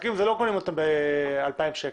עסקים לא קונים ב-2,000 שקלים.